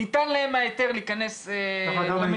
ניתן להם ההיתר להיכנס למדינה,